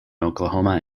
oklahoma